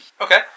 Okay